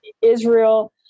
Israel